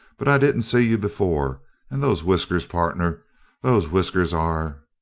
but i didn't see you before and those whiskers, partner those whiskers are